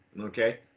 Okay